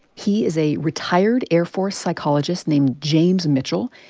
he is a retired air force psychologist named james mitchell.